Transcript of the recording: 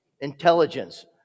intelligence